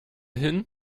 hin